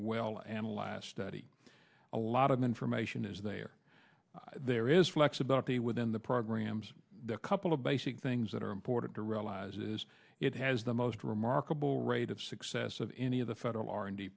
last a lot of information is there there is flexibility within the programs the couple of basic things that are important to realize is it has the most remarkable rate of success of any of the federal r and d